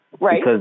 Right